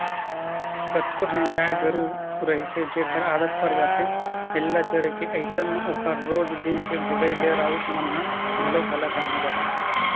कतको ठन गाय गरु रहिथे जेखर आदत पर जाथे हेल्ला चरे के अइसन म ओखर रोज दिन के भगई ले राउत मन ह घलोक हलाकान हो जाथे